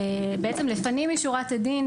בעצם לפנים משורת הדין,